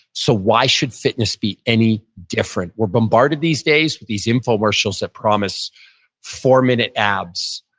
so why should fitness be any different? we're bombarded these days with these infomercials that promise four minute abs,